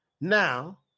Now